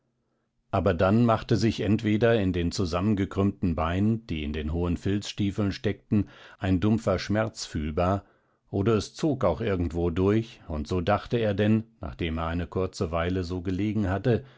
aber dann machte sich entweder in den zusammengekrümmten beinen die in den hohen filzstiefeln steckten ein dumpfer schmerz fühlbar oder es zog auch irgendwo durch und so dachte er denn nachdem er eine kurze weile so gelegen hatte